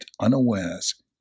unawares